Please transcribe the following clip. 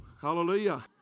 Hallelujah